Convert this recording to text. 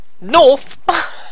North